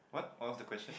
what was the question